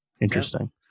Interesting